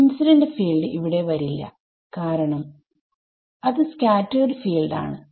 incident field ഇവിടെ വരില്ല കാരണം അത് സ്കാറ്റെർഡ് ഫീൽഡ് ആണ്